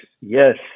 yes